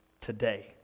today